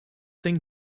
thing